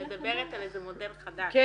את מדברת על איזה מודל חדש.